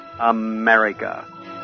America